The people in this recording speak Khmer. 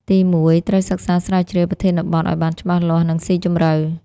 ទីមួយ ត្រូវសិក្សាស្រាវជ្រាវប្រធានបទឱ្យបានច្បាស់លាស់ និងស៊ីជម្រៅ។